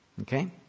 Okay